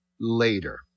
later